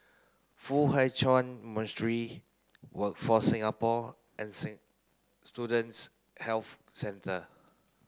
Foo Hai Ch'an Monastery Workforce Singapore and Student Health Centre